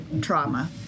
trauma